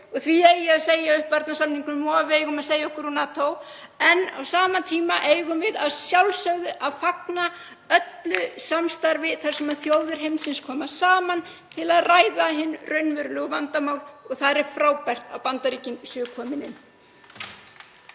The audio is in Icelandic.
og því eigi að segja upp varnarsamningnum og við eigum að segja okkur úr NATO. En á sama tíma eigum við að sjálfsögðu að fagna öllu samstarfi þar sem þjóðir heimsins koma saman til að ræða hin raunverulegu vandamál og þar er frábært að Bandaríkin séu komin inn.